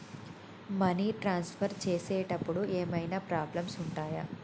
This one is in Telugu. మనీ ట్రాన్స్ఫర్ చేసేటప్పుడు ఏమైనా ప్రాబ్లమ్స్ ఉంటయా?